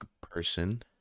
person